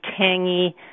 tangy